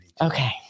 Okay